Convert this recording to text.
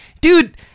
dude